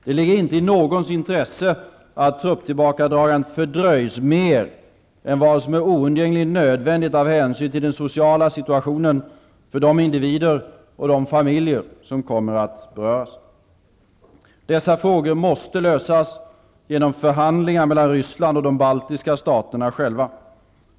Det ligger inte i någons intresse att trupptillbakadragandet fördröjs mer än vad som är oundgängligen nödvändigt av hänsyn till den sociala situationen för de individer och de familjer som kommer att beröras. Dessa frågor måste lösas genom förhandlingar mellan Ryssland och de baltiska staterna själva.